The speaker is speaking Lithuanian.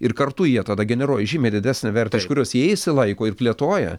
ir kartu jie tada generuoja žymiai didesnę vertę iš kurios jie išsilaiko ir plėtoja